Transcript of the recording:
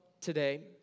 today